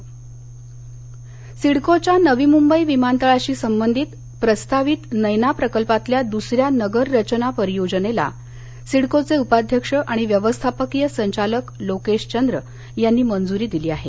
योजना मंजरी सिडकोच्या नवी मुंबई विमानतळाशी संबंधित प्रस्तावित नैना प्रकल्पातल्या दुसऱ्या नगर रचना परियोजनेला सिडकोचे उपाध्यक्ष आणि व्यवस्थापकीय संचालक लोकेश चंद्र यांनी मंजूरी दिली आहे